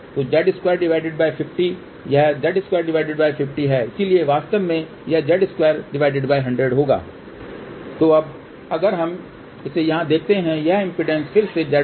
तो Z250 यह Z250 है इसलिए वास्तव में यह Z2100 होगा तो अब अगर हम इसे यहाँ देखते हैं तो यह इम्पीडेन्स फिर से Z है